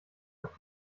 auf